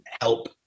help